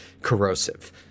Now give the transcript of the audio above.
corrosive